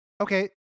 Okay